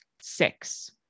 six